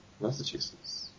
Massachusetts